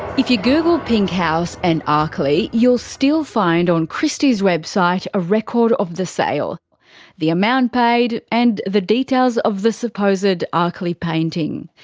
if you google pink house and arkley. you'll still find on christie's website a record of the sale the amount paid, and details of the supposed arkley painting.